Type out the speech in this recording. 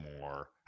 more